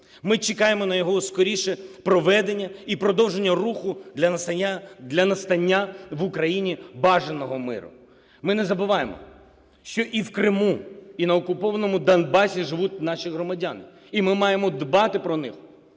Ми чекаємо на його скоріше проведення в продовження руху для настання в Україні бажаного миру. Ми не забуваємо, що і в Криму, і на окупованому Донбасі живуть наші громадяни, і ми маємо дбати про них,